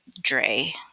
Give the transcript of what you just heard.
Dre